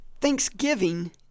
thanksgiving